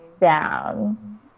down